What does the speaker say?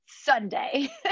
Sunday